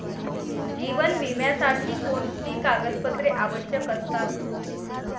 जीवन विम्यासाठी कोणती कागदपत्रे आवश्यक असतात?